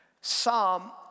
Psalm